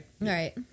Right